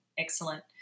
Excellent